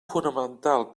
fonamental